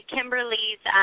Kimberly's